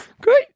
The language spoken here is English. Great